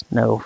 no